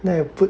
then I put